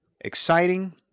exciting